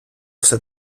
все